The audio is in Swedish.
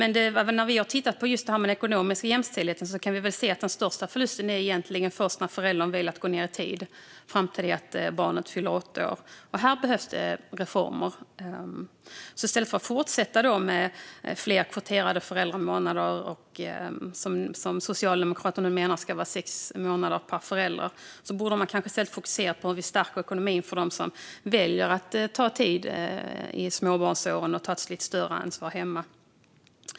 När vi har tittat på just den ekonomiska jämställdheten har vi sett att den största förlusten egentligen är först när en förälder väljer att gå ned i tid fram till dess att barnet fyller åtta år. Här behövs det reformer. I stället för att fortsätta med fler kvoterade föräldramånader, som Socialdemokraterna menar ska vara sex månader per förälder, borde man fokusera på att stärka ekonomin för dem som väljer att ta ut föräldraledighet under småbarnsåren och ta ett lite större ansvar hemma.